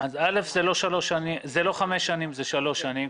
אלה לא חמש שנים אלא שלוש שנים.